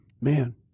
man